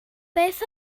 beth